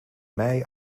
mei